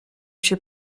się